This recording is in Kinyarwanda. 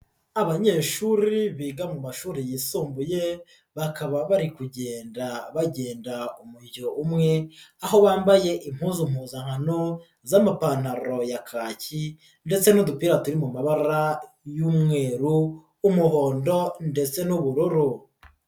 Abanyeshuri biga mu mashuri yisumbuye bakaba bari kugenda bagenda umujyo umwe, aho bambaye impuzu mpuzankano z'amapantaro ya kaki ndetse n'udupira turi mu mabara y'umweru, umuhondo ndetse n'ubururu.